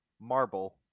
Marble